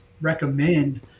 recommend